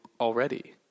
already